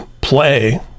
play